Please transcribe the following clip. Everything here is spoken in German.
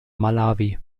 malawi